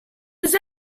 was